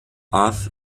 off